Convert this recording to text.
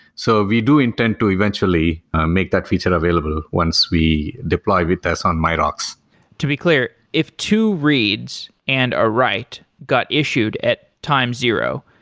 so do intend to eventually make that feature available once we deploy vitess on myrocks to be clear, if two reads and a write got issued at time zero,